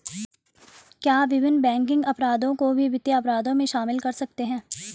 क्या विभिन्न बैंकिंग अपराधों को भी वित्तीय अपराधों में शामिल कर सकते हैं?